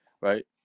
right